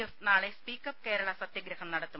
F നാളെ speak up Kerala സത്യഗ്രഹം നടത്തും